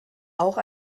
auch